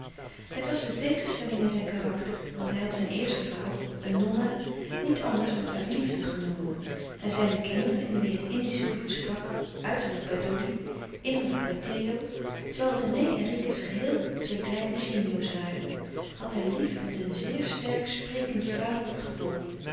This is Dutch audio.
het was de tegenstelling in zijn karakter want hij had zijn eerste vrouw een nonna niet anders dan uit liefde genomen en zijne kinderen in wie het indische bloed sprak uiterlijk bij doddy innerlijk bij theo terwijl rené en ricus geheel twee kleine sinjo's waren had hij lief met een zeer sterk sprekend vaderlijk gevoel